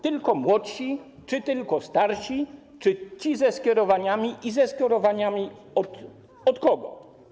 Tylko młodsi czy tylko starsi, czy ci ze skierowaniami i ze skierowaniami od kogo?